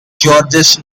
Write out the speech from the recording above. georges